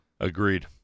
Agreed